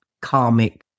karmic